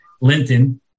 Linton